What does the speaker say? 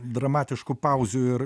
dramatiškų pauzių ir